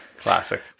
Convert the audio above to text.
Classic